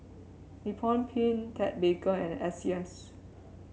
Nippon Paint Ted Baker and S C S